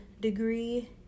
degree